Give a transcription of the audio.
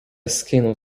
скинув